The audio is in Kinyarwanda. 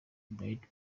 bright